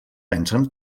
pensen